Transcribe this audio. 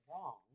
wrong